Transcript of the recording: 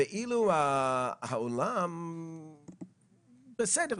ואילו העולם --- אנחנו אומרים בסדר,